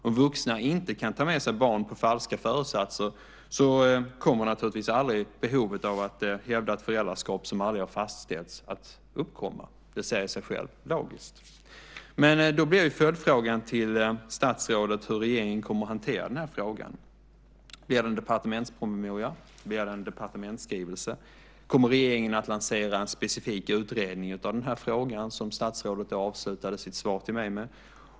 Om vuxna inte kan ta med sig barn på falska föresatser kommer naturligtvis behovet av att hävda ett föräldraskap som inte har fastställts aldrig att uppkomma. Det säger sig självt - logiskt. Då blir följdfrågan till statsrådet hur regeringen kommer att hantera den här frågan. Blir det en departementspromemoria? Blir det en departementsskrivelse? Kommer regeringen att lansera en specifik utredning av den här frågan, som statsrådet avslutade sitt svar till mig med?